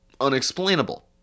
unexplainable